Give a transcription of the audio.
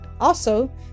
Also